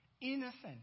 Innocent